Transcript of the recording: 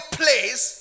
place